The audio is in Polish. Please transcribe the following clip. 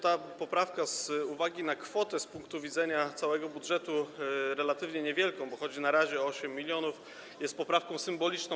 Ta poprawka z uwagi na kwotę z punktu widzenia całego budżetu relatywnie niewielką, bo to na razie 8 mln zł, jest poprawką symboliczną.